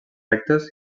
rectes